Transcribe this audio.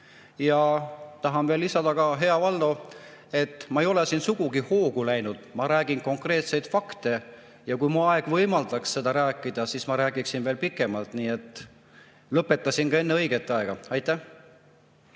Ja tahan veel lisada ka, hea Valdo, et ma ei ole siin sugugi hoogu läinud. Ma räägin konkreetsetest faktidest ja kui mu aeg võimaldaks, siis ma räägiksin veel pikemalt. Ma lõpetasin ka enne õiget aega. Aitäh!